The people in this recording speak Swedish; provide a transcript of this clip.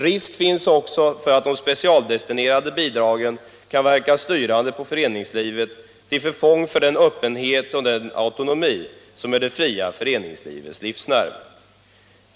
Risk finns också för att de specialdestinerade bidragen kan verka styrande på föreningslivet, till förfång för den öppenhet och den autonomi som är det fria föreningslivets livsnerv.